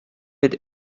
wird